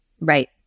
Right